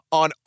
on